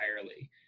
entirely